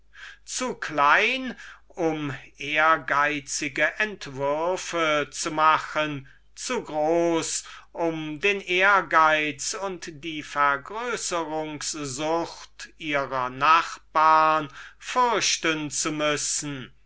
zu klein um ehrgeizige projekte zu machen und zu groß um den ehrgeiz und die vergrößrungs sucht ihrer nachbarn fürchten zu müssen